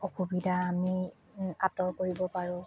অসুবিধা আমি আঁতৰ কৰিব পাৰোঁ